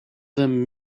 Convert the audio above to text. them